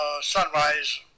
sunrise